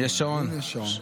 הינה שעון.